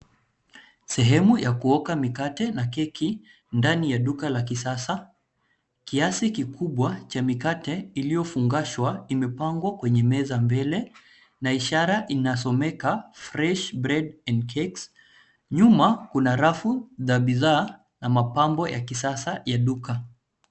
Sehemu ya kuoka mikate na keki ndani ya duka la kisasa. Kiasi kikubwa cha mikate iliyofungashwa imepangwa kwenye meza mbele na ishara inasomeka fresh bread and cakes . Nyuma kuna rafu za bidhaa na mapambo ya kisasa ya duka.